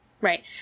right